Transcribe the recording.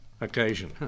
occasion